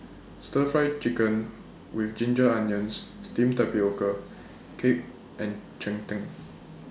Stir Fry Chicken with Ginger Onions Steamed Tapioca Cake and Cheng Tng